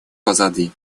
позади